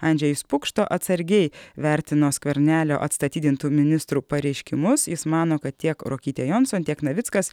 andžejus pukšto atsargiai vertino skvernelio atstatydintų ministrų pareiškimus jis mano kad tiek ruokytė jonson tiek navickas